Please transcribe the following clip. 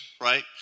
right